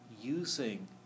Using